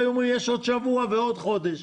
הם היו אומרים: יש עוד שבוע ועוד חודש.